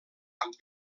amb